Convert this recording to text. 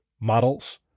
models